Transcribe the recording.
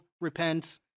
repents